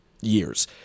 years